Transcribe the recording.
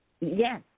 Yes